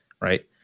right